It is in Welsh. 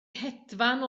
hedfan